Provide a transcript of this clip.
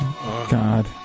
God